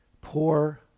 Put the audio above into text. Poor